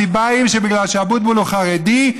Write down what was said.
הסיבה היא שאבוטבול הוא חרדי,